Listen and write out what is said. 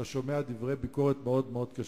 אתה שומע דברי ביקורת מאוד מאוד קשים.